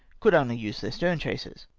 could only use their stern chasers.